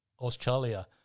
Australia